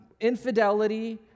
Infidelity